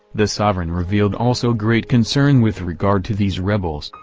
the sovereign revealed also great concern with regard to these rebels,